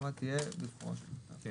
גם